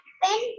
pen